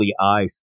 eyes